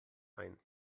ein